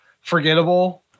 forgettable